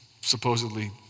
supposedly